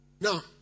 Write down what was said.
Now